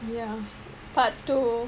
ya part two